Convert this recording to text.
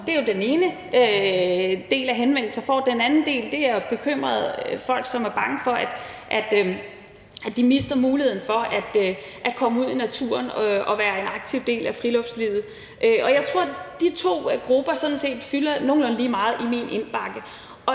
Det er den ene del af de henvendelser, jeg får. Den anden del er bekymrede folk, som er bange for, at de mister muligheden for at komme ud i naturen og være en aktiv del af friluftslivet. Jeg tror, at de to grupper sådan set fylder nogenlunde lige meget i min indbakke,